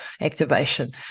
activation